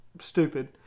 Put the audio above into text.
stupid